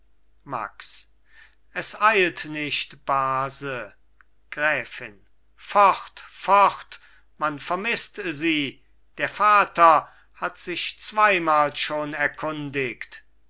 max es eilt nicht base gräfin fort fort man vermißt sie der vater hat sich zweimal schon erkundigt